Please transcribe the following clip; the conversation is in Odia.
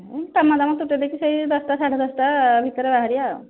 ହଁ କାମଧାମ ତୁଟେଇ ଦେଇକି ସେଇ ଦଶଟା ସାଢେ ଦଶଟା ଭିତରେ ବାହାରିବା ଆଉ